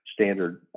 standard